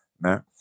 man